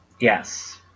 Yes